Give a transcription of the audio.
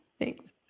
Thanks